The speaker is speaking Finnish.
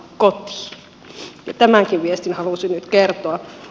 tämänkin viestin halusin nyt kertoa